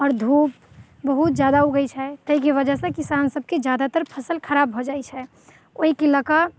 आओर धूप बहुत जादा उगैत छै ताहिके वजहसँ किसान सभके जादातर फसल खराब भऽ जाइत छै ओहिके लऽकऽ